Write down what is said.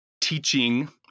teaching